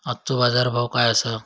आजचो बाजार भाव काय आसा?